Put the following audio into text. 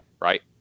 Right